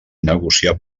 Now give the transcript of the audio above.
negociar